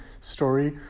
story